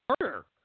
murder